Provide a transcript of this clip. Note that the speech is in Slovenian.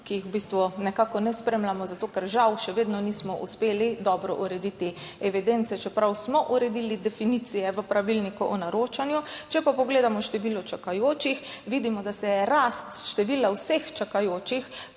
bistvu nekako ne spremljamo, zato ker žal še vedno nismo uspeli dobro urediti evidence, čeprav smo uredili definicije v pravilniku o naročanju, če pogledamo število čakajočih, vidimo, da se je rast števila vseh čakajočih